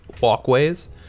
walkways